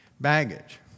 Baggage